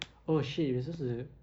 oh shit we're supposed to